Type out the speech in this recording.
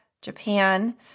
Japan